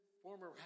former